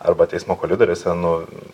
arba teismo koridoriuose nu